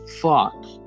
fuck